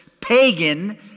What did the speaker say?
pagan